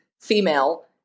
female